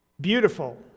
beautiful